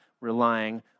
relying